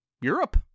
Europe